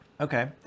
Okay